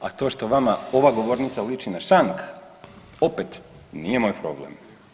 A to što vama ova govornica liči na šank opet nije moj problem.